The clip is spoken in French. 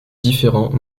différents